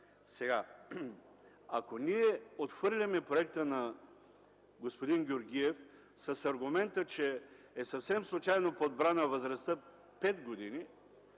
Ако ние отхвърлим проекта на господин Георгиев с аргумента, че съвсем случайно е подбрана възрастта – 5 години,